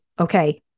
okay